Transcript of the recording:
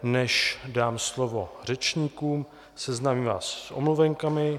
Než dám slovo řečníkům, seznámím vás s omluvenkami.